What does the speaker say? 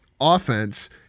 offense